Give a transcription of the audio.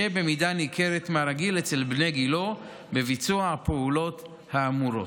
במידה ניכרת מהרגיל אצל בני גילו בביצוע הפעולות האמורות.